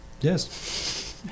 Yes